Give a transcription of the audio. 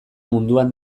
munduan